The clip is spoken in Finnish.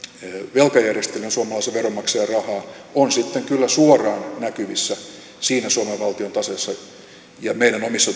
velkajärjestelyyn suomalaisen veronmaksajan rahaa on sitten kyllä suoraan näkyvissä siinä suomen valtion taseessa ja meidän omissa